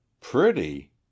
Pretty